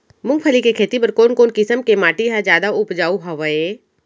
मूंगफली के खेती बर कोन कोन किसम के माटी ह जादा उपजाऊ हवये?